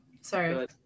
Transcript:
sorry